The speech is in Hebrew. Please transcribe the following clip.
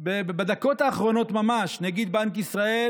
בדקות האחרונות ממש נגיד בנק ישראל